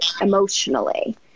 emotionally